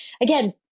again